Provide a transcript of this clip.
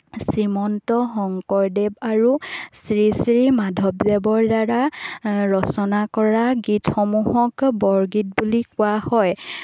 শ্ৰীমন্ত শংকৰদেৱ আৰু শ্ৰী শ্ৰী মাধৱদেৱৰ দ্বাৰা ৰচনা কৰা গীতসমূহক বৰগীত বুলি কোৱা হয়